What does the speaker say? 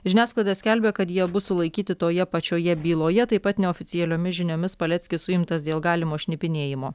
žiniasklaida skelbia kad jie abu sulaikyti toje pačioje byloje taip pat neoficialiomis žiniomis paleckis suimtas dėl galimo šnipinėjimo